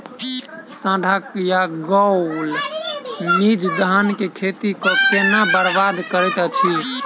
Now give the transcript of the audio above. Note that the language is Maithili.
साढ़ा या गौल मीज धान केँ खेती कऽ केना बरबाद करैत अछि?